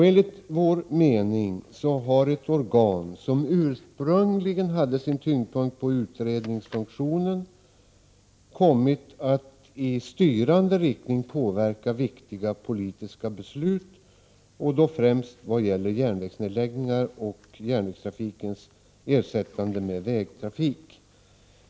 Enligt vår mening har ett organ, som ursprungligen hade sin tyngdpunkt i utredningsfunktionen, kommit att i styrande riktning påverka viktiga politiska beslut och då främst vad gäller järnvägsnedläggningar och järnvägstrafikens ersättande med vägtrafik.